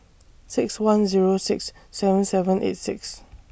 six one Zero six seven seven eight six